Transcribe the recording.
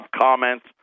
comments